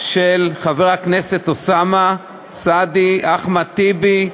של חברי הכנסת אוסאמה סעדי, אחמד טיבי,